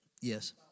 Yes